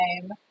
time